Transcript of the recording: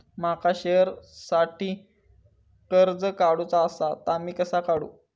माका शेअरसाठी कर्ज काढूचा असा ता मी कसा काढू?